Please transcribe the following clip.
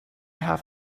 have